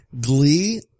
Glee